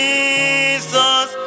Jesus